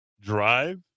Drive